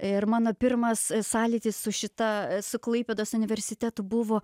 ir mano pirmas sąlytis su šita su klaipėdos universitetu buvo